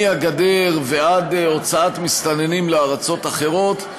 מהגדר ועד הוצאת מסתננים לארצות אחרות.